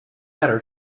better